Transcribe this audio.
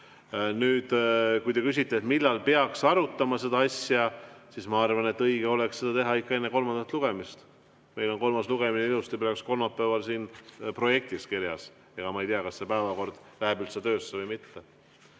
Kui te küsite, millal peaks arutama seda asja, siis ma arvan, et õige oleks seda teha ikka enne kolmandat lugemist. Meil on kolmas lugemine ilusti kolmapäeval siin projektis kirjas. Ega ma ei tea, kas see päevakord läheb üldse töösse või mitte.